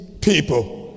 people